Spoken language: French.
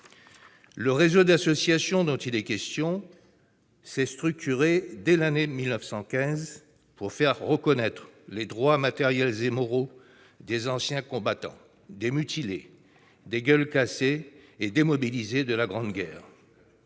Le réseau d'associations dont il est question s'est structuré dès l'année 1915 pour faire reconnaître les droits matériels et moraux des anciens combattants, des mutilés, des « gueules cassées », des démobilisés de la Grande Guerre.